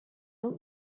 low